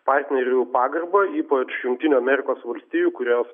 partnerių pagarbą ypač jungtinių amerikos valstijų kurios